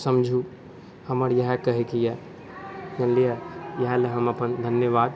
समझू हमरा इएह कहैके अइ जानलिए एहिलए हम अपन धन्यवाद